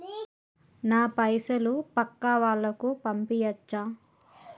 నా పైసలు పక్కా వాళ్ళకు పంపియాచ్చా?